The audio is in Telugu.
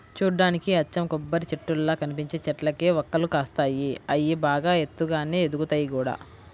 చూడ్డానికి అచ్చం కొబ్బరిచెట్టుల్లా కనిపించే చెట్లకే వక్కలు కాస్తాయి, అయ్యి బాగా ఎత్తుగానే ఎదుగుతయ్ గూడా